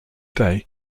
day